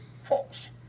false